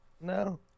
No